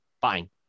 fine